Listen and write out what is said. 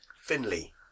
Finley